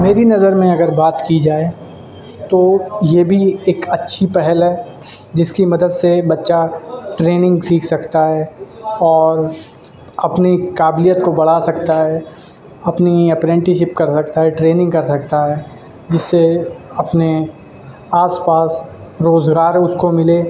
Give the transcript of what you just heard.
میری نظر میں اگر بات کی جائے تو یہ بھی ایک اچھی پہل ہے جس کی مدد سے بچہ ٹریننگ سیکھ سکتا ہے اور اپنی قابلیت کو بڑھا سکتا ہے اپنی اپرینٹیشپ کر سکتا ہے ٹریننگ کر سکتا ہے جس سے اپنے آس پاس روزگار ہے اس کو ملے